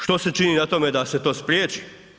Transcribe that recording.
Što se čini na tome da se to spriječi?